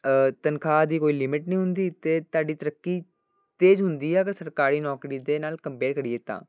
ਤਨਖਾਹ ਦੀ ਕੋਈ ਲਿਮਿਟ ਨਹੀਂ ਹੁੰਦੀ ਅਤੇ ਤੁਹਾਡੀ ਤਰੱਕੀ ਤੇਜ਼ ਹੁੰਦੀ ਆ ਅਗਰ ਸਰਕਾਰੀ ਨੌਕਰੀ ਦੇ ਨਾਲ ਕੰਪੇਅੜ ਕਰੀਏ ਤਾਂ